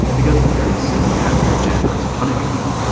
because very soon after jennifer's punishment,